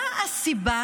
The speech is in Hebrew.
מה הסיבה